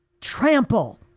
trample